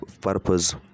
purpose